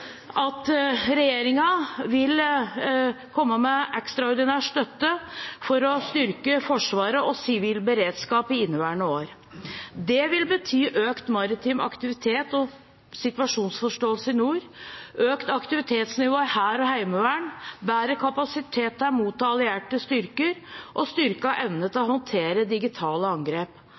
at regjeringen vil komme med ekstraordinær støtte for å styrke Forsvaret og sivil beredskap i inneværende år. Det vil bety økt maritim aktivitet og situasjonsforståelse i nord, økt aktivitetsnivå i hær og heimevern, bedre kapasitet til å motta allierte styrker, og styrket evne til å håndtere digitale angrep.